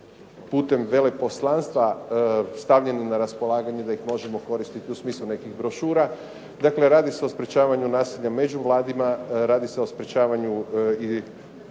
putem veleposlanstva stavljeni na raspolaganje da ih možemo koristiti u smislu nekih brošura. Dakle, radi se o sprječavanju nasilja među mladima, radi se o sprječavanju i